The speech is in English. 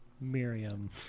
Miriam